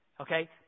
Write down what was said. Okay